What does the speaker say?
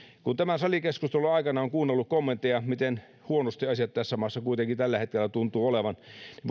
kun tämän salikeskustelun aikana olen kuunnellut kommentteja miten huonosti asiat tässä maassa kuitenkin tällä hetkellä tuntuvat olevan